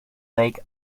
lake